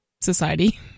society